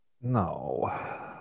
No